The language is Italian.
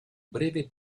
breve